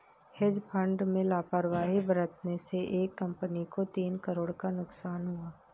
hedge fund में लापरवाही बरतने से एक कंपनी को तीन करोड़ का नुकसान हुआ